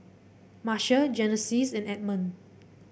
Marsha Genesis and Edmond